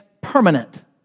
permanent